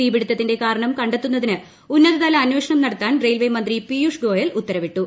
തീപിടിത്തത്തിന്റെ കാരണം കണ്ടെത്തുന്നതിന് ഉന്നതതല അന്വേഷണം നടത്താൻ റെയിൽവേ മന്ത്രി പീയൂഷ് ഗോയൽ ഉത്തരവിട്ടു